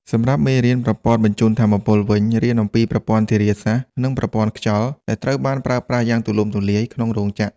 សម្រាប់មេរៀនប្រព័ន្ធបញ្ជូនថាមពលវិញ រៀនអំពីប្រព័ន្ធធារាសាស្ត្រ និងប្រព័ន្ធខ្យល់ ដែលត្រូវបានប្រើប្រាស់យ៉ាងទូលំទូលាយក្នុងរោងចក្រ។